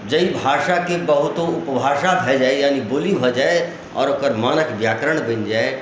जाहि भाषाके बहुतो उपभाषा भऽ जाइ आओर बोली भऽ जाइ आओर ओकर मानक व्याकरण बनि जाइ